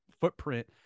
footprint